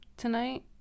Tonight